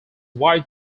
white